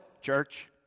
Church